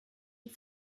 die